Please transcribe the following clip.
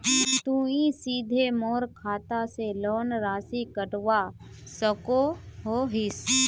तुई सीधे मोर खाता से लोन राशि कटवा सकोहो हिस?